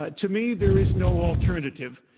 ah to me, there is no alternative.